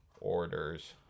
orders